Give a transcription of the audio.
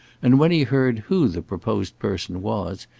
and when he heard who the proposed person was,